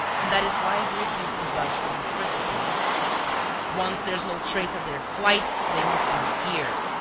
and that is why he refused to budge from his first opinion once there's no trace of their flight, they must be here!